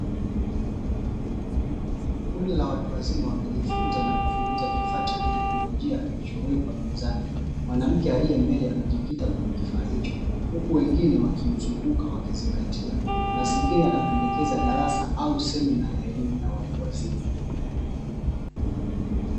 Kundi la watu wazima wakijifunza na kuchunguza kifaa cha kitekinolojia kilichowekwa mezani, mwanamke aliye mbele amejikita kwenye kifaa hicho. Huku wengine wakimzunguka wakizingatia. Mazingira yanapendekeza darasa au semina ya elimu ya watu wazima.